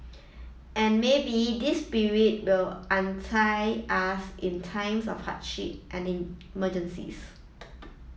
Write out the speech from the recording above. and maybe this spirit will unite us in times of hardship and emergencies